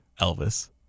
Elvis